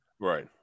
Right